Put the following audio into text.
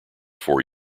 four